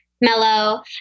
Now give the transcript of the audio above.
Mellow